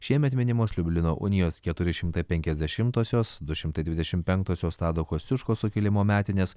šiemet minimos liublino unijos keturi šimtai penkiasdešimtosios du šimtai dvidešimt penktosios tado kosciuškos sukilimo metinės